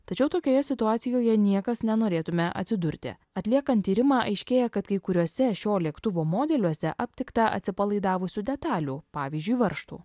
tačiau tokioje situacijoje niekas nenorėtume atsidurti atliekant tyrimą aiškėja kad kai kuriuose šio lėktuvo modeliuose aptikta atsipalaidavusių detalių pavyzdžiui varžtų